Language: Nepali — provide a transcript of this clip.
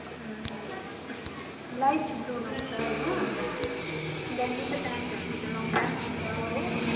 लाइट ब्लूमा छ होइन दामी छ पेन्टहरूसित लाउँदा पनि हुन्छ हो